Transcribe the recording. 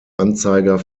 anzeiger